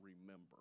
remember